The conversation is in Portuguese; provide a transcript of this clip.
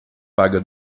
paga